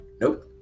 nope